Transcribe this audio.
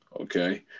Okay